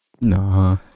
nah